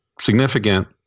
significant